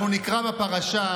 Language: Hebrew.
אנחנו נקרא בפרשה: